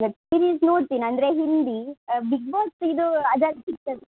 web series ನೋಡ್ತಿನಿ ಅಂದರೆ Hindi Bigg Boss ಇದು ಅದರಲ್ಲಿ ಸಿಗ್ತದೆ